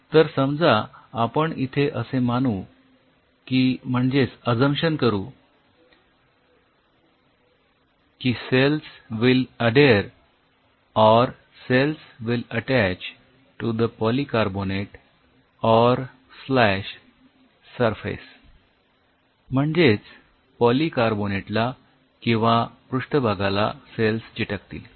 तर समजा आपण इथे असे मानू की म्हणजेच अझमशन करू की cells will adhere or cells will attach to the polycarbonate or slash surface म्हणजेच पॉलीकार्बोनेट ला किंवा पृष्ठभागाला सेल्स चिकटतील